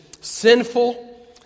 sinful